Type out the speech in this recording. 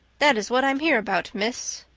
that is what i'm here about, miss.